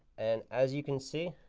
and as you can see,